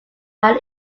are